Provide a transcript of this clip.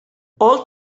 all